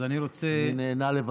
אני נענה לבקשתך.